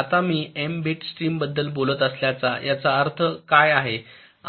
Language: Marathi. आता मी एम बिट स्ट्रीम बद्दल बोलत असल्यास याचा अर्थ काय आहे